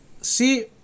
See